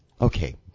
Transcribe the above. okay